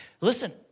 Listen